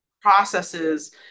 processes